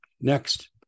Next